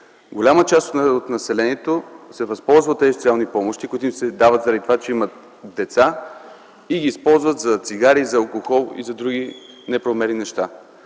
Голяма част от населението се възползва от социалните помощи, които се дават поради това, че имат деца, като ги използва за цигари, алкохол и други неправомерни неща.